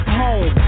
home